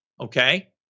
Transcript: okay